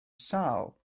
sâl